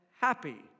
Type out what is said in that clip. happy